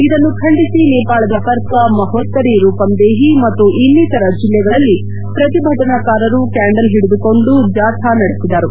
ಇದನ್ನು ಖಂಡಿಸಿ ನೇಪಾಳದ ಪರ್ಸಾ ಮಹೋತ್ತರಿ ರೂಪಂದೇಹಿ ಮತ್ತು ಇನ್ನಿತರ ಜಿಲ್ಲೆಗಳಲ್ಲಿ ಶ್ರತಿಭಟನಾಕಾರರು ಕ್ವಾಂಡಲ್ ಹಿಡಿದುಕೊಂಡು ಜಾಥಾ ನಡೆಸಿದರು